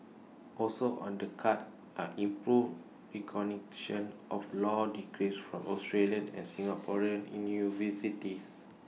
also on the cards are improved recognition of law degrees from Australian and Singaporean universities